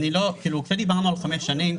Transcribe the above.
דיברנו על חמש שנים.